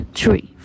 three